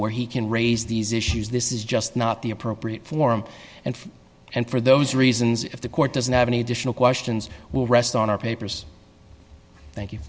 where he can raise these issues this is just not the appropriate forum and and for those reasons if the court doesn't have any additional questions will rest on our papers thank you